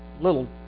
little